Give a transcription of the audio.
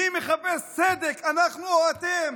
מי מחפש צדק, אנחנו או אותם?